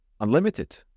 unlimited